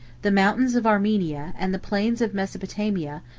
the mountains of armenia, and the plains of mesopotamia,